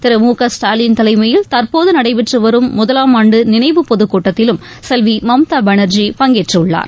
திரு மு க ஸ்டாலின் தலைமையில் தற்போது நடைபெற்று வரும் முதலாம் ஆண்டு நினைவு பொதுக்கூட்டத்திலும் செல்வி மம்தா பானார்ஜி பங்கேற்றுள்ளார்